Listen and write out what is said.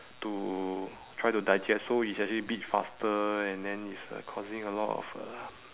to try to digest so it actually beat faster and then it's uh causing a lot of uh